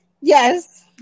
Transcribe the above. Yes